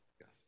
yes